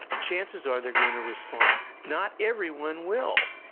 chances are, they're going to respond. not everyone will.